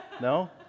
No